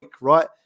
right